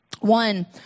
One